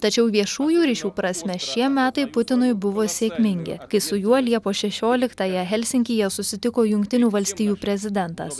tačiau viešųjų ryšių prasme šie metai putinui buvo sėkmingi kai su juo liepos šešioliktąją helsinkyje susitiko jungtinių valstijų prezidentas